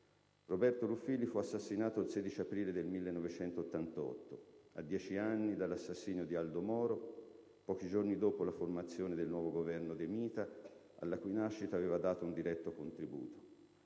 Roberto Ruffilli fu assassinato il 16 aprile 1988, a dieci anni dall'assassinio di Aldo Moro, pochi giorni dopo la formazione del nuovo Governo De Mita, alla cui nascita aveva dato un diretto contributo.